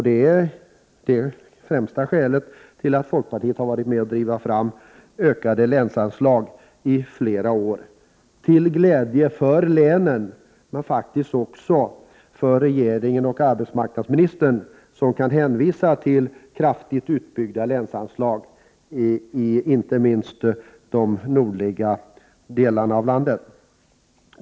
Detta är främsta skälet till att folkpartiet har varit med om att driva fram ökade länsanslag i flera år till glädje för länen men faktiskt också för regeringen och arbetsmarknadsministern, som kan hänvisa till kraftigt utbyggda länsanslag i inte minst de nordliga delarna av landet.